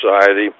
society